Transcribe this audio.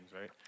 right